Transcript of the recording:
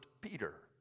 Peter